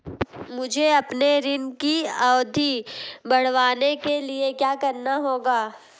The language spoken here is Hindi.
मुझे अपने ऋण की अवधि बढ़वाने के लिए क्या करना होगा?